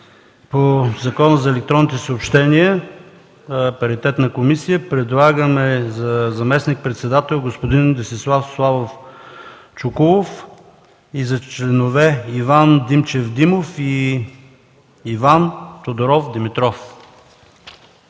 по Закона за електронните съобщения – паритетна комисия, предлагаме за заместник-председател господин Десислав Славов Чуколов и за членове Иван Димчев Димов и Иван Тодоров Димитров.